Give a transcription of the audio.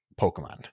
Pokemon